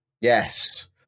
Yes